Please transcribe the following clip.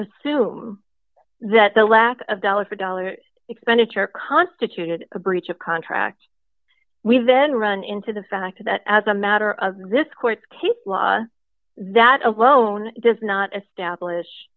assume that the lack of dollar for dollar expenditure constituted a breach of contract we've then run into the fact that as a matter of this court case law that alone does not establish